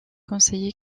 conseiller